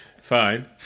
Fine